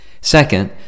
Second